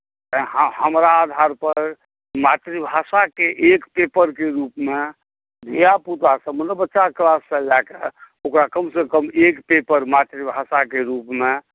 आ हमरा आधारपर मातृभाषाकेँ एक पेपरके रूपमे धिया पुताके मतलब बच्चा सभकेँ लएके ओकरा कमसँ कम एक पेपर मातृभाषाकेँ रूपमे